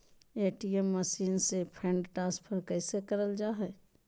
ATM machine से fund transfer कैसे करल जा है?